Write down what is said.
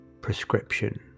prescription